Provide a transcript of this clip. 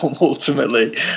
ultimately